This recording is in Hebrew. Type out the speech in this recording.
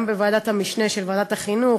גם בוועדת המשנה של ועדת החינוך,